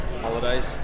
Holidays